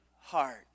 heart